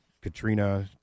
Katrina